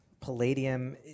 palladium